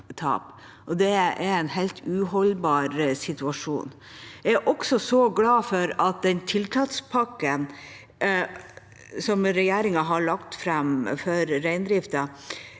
Det er en helt uholdbar situasjon. Jeg er glad for at den tiltakspakken som regjeringen har lagt fram for reindrifta,